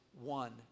one